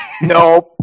Nope